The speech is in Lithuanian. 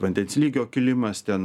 vandens lygio kilimas ten